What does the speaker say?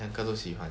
两个都喜欢